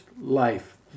life